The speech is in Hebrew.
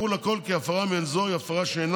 ברור לכול כי הפרה מעין זו היא הפרה שאינה